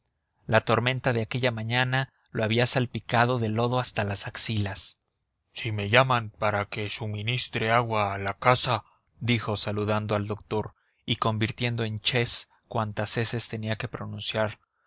la tormenta de aquella mañana lo había salpicado de lodo hasta las axilas si me llaman para que suministre agua a la casa dijo saludando al doctor y convirtiendo en ches cuantas eses tenía que pronunciar